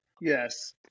yes